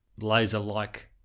laser-like